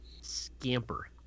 Scamper